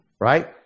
right